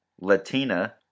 Latina